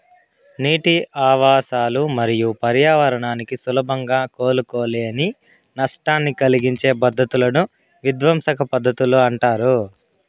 నీటి ఆవాసాలు మరియు పర్యావరణానికి సులభంగా కోలుకోలేని నష్టాన్ని కలిగించే పద్ధతులను విధ్వంసక పద్ధతులు అంటారు